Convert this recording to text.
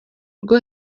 rwo